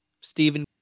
Stephen